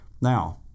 Now